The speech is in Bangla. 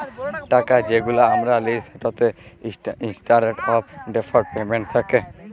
টাকা যেগুলা আমরা লিই সেটতে ইসট্যান্ডারড অফ ডেফার্ড পেমেল্ট থ্যাকে